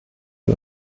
die